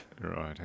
Right